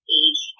age